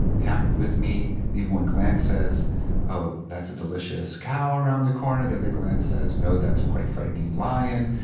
happy with me. even one glance says ah that's a delicious cow around the corner, the other glance says, no, that's a quite frightening lion,